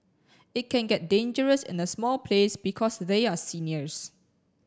it can get dangerous in a small place because they are seniors